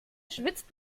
schwitzt